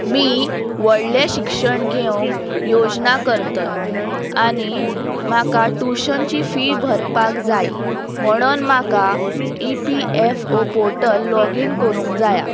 मी व्हडलें शिक्षण घेवंक योजना करतय आनी म्हाका टुशनची फी भरपाक जाय म्होणोन म्हाका E P F O portal login करूंक जाया